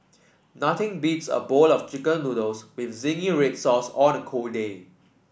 nothing beats a bowl of chicken noodles with zingy red sauce on a cold day